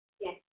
Yes